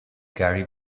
gary